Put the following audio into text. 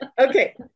Okay